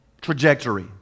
trajectory